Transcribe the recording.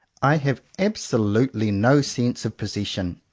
i have absolutely no sense of possession,